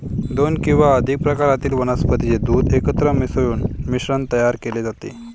दोन किंवा अधिक प्रकारातील वनस्पतीचे दूध एकत्र मिसळून मिश्रण तयार केले जाते